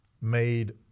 made